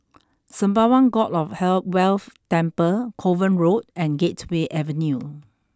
Sembawang God of hell Wealth Temple Kovan Road and Gateway Avenue